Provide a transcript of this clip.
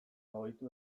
ohitu